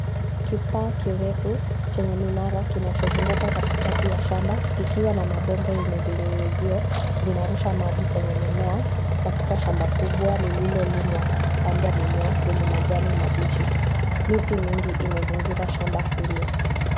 Kifaa kirefu chenye minara kinazunguka katikati ya shamba, kikiwa na mabomba yenye vinyunyizio zinarusha maji kwenye mimea. Katika shamba kubwa lililolimwa, na kupandwa mimea yenye majani mabichi. Miti mingi imezingira shamba hili.